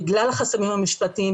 בגלל החסמים המשפטיים,